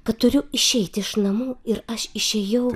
kad turiu išeiti iš namų ir aš išėjau